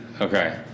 okay